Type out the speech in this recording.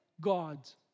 God's